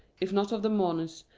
if not of the mourners,